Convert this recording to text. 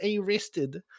arrested